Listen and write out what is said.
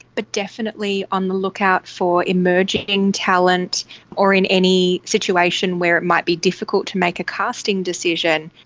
but definitely on the lookout for emerging talent or in any situation where it might be difficult to make a casting decision,